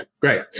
great